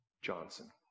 Johnson